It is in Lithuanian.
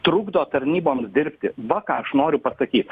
trukdo tarnyboms dirbti va ką aš noriu pasakyt